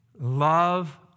love